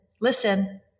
listen